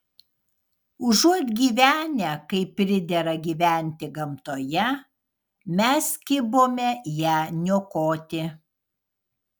užuot gyvenę kaip pridera gyventi gamtoje mes kibome ją niokoti